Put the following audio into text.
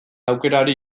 aukerari